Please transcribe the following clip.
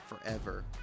forever